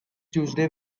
tuesday